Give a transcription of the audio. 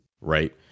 right